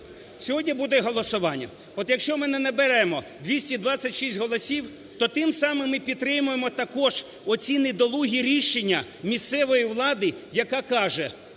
сьогодні буде голосування. От якщо ми не наберемо 226 голосів, то тим самим ми підтримаємо також оці недолугі рішення місцевої влади, яка каже: